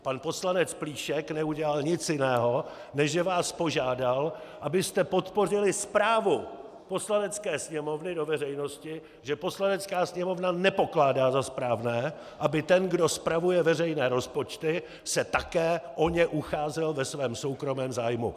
Pan poslanec Plíšek neudělal nic jiného, než že vás požádal, abyste podpořili zprávu Poslanecké sněmovny do veřejnosti, že Poslanecká sněmovna nepokládá za správné, aby ten, kdo spravuje veřejné rozpočty, se také o ně ucházel ve svém soukromém zájmu.